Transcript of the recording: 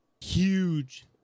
Huge